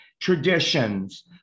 traditions